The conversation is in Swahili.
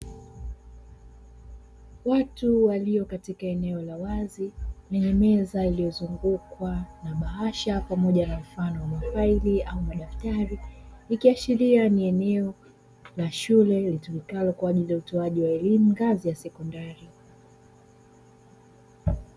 Watu walio katika eneo la wazi lenye meza iliyo zungukwa na bahasha, pamoja na mfano wa ma faili au madaftari, ikiashiria ni eneo la shule litumikalo kwa ajili ya utoaji wa elimu ngazi ya sekondari.